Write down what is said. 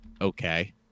okay